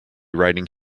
riding